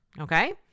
Okay